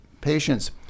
patients